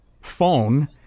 phone